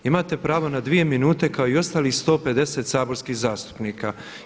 Imate pravo na 2 minute kao i ostalih 150 saborskih zastupnika.